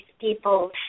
people